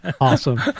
awesome